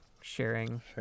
sharing